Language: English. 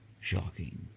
shocking